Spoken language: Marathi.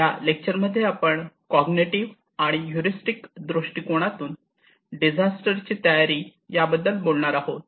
या लेक्चरमध्ये आपण कॉग्निटिव्ह आणि हयूरिस्टिक दृष्टिकोनातून डिझास्टर ची तयारी याबद्दल बोलणार आहोत